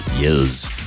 yes